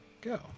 go